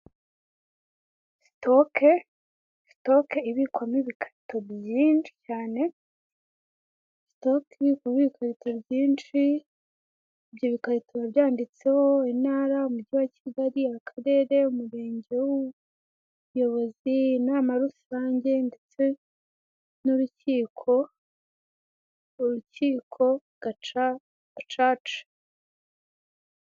Sitoke ibikwamo ibikarito byinshi cyane, Sitoke ibikwamo ibikarito byinshi, ibyo bikarito biba byanditseho intara, umujyi wa Kigali, akarere, umurenge w'ubuyobozi, inama rusange ndetse n'urukiko, urukiko gacaca.